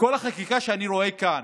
וכל החקיקה שאני רואה כאן,